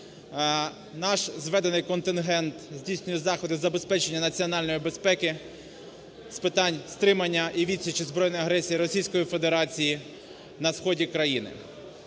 Наш зведений контингент здійснює заходи з забезпечення національної безпеки, з питань стримання і відсічі збройної агресії Російської Федерації на сході країни.